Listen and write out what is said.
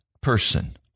person